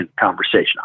conversation